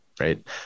right